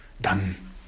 done